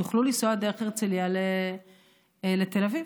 יוכלו לנסוע דרך הרצליה לתל אביב,